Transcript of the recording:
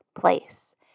place